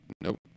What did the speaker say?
Nope